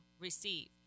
receive